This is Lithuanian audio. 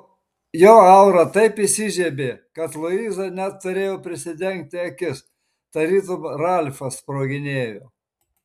jo aura taip įsižiebė kad luiza net turėjo prisidengti akis tarytum ralfas sproginėjo